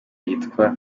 yitwa